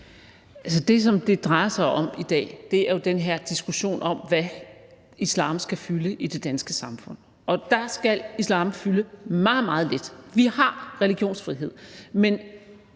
Det, som det drejer sig om i dag, er den her diskussion om, hvad islam skal fylde i det danske samfund. Og der skal islam fylde meget, meget lidt. Vi har religionsfrihed,